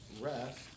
rest